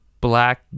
black